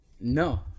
No